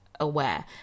aware